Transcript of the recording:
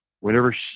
whenever